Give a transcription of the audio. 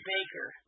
Baker